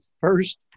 first